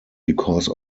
because